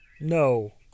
No